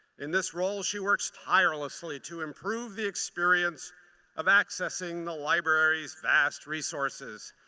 in this role she works tirelessly to improve the experience of accessing the library's vast resources.